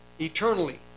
eternally